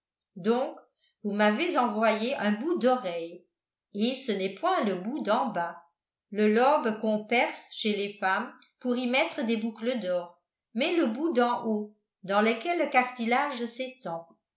donc vous m'avez envoyé un bout d'oreille et ce n'est point le bout d'en bas le lobe qu'on perce chez les femmes pour y mettre des boucles d'or mais le bout d'en haut dans lequel le cartilage s'étend